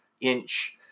inch